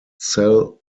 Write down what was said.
cell